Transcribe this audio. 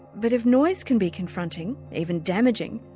but if noise can be confronting even damaging,